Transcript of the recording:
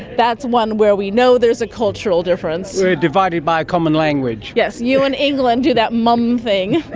that's one where we know there is a cultural difference. we're divided by a common language. yes, you and england do that mum thing,